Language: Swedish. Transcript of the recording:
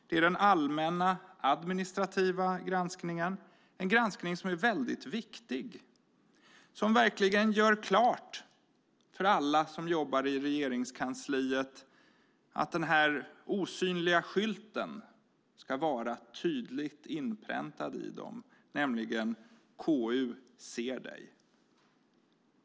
Det är den allmänna administrativa granskningen, en granskning som är väldigt viktig och som verkligen gör klart för alla som jobbar i Regeringskansliet att denna osynliga skylt ska vara tydligt inpräntad i dem, nämligen: KU ser dig.